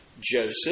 Joseph